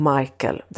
Michael